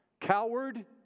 Coward